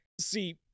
See